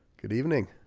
good evening